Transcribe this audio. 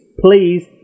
please